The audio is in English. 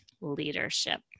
leadership